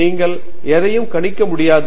நீங்கள் எதையும் கணிக்க முடியாது